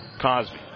Cosby